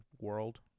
world